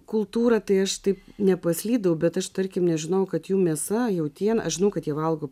kultūrą tai aš taip nepaslydau bet aš tarkim nežinau kad jų mėsa jautiena aš žinau kad jie valgo